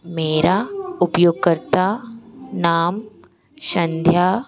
मेरा उपयोगकर्ता नाम संध्या